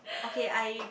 okay I